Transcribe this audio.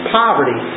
poverty